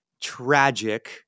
tragic